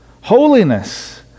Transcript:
holiness